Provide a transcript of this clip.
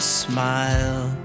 smile